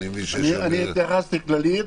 התייחסתי כללית.